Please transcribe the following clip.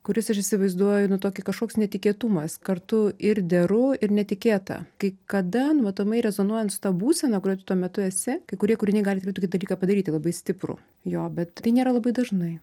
kuris ir įsivaizduoju nu tokį kažkoks netikėtumas kartu ir deru ir netikėta kai kada matomai rezonuojant su ta būsena kurioj tuo metu esi kai kurie kūriniai gali turėt tokį dalyką padaryti labai stiprų jo bet tai nėra labai dažnai